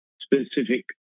specific